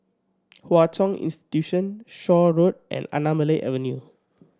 Hwa Chong Institution Shaw Road and Anamalai Avenue